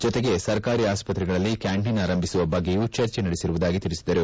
ಜೊತೆಗೆ ಸರ್ಕಾರಿ ಆಸ್ತ್ರೆಗಳಲ್ಲಿ ಕ್ಕಾಂಟೀನ್ ಆರಂಭಿಸುವ ಬಗ್ಗೆಯೂ ಚರ್ಚೆ ನಡೆಸಿರುವುದಾಗಿ ತಿಳಿಸಿದರು